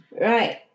Right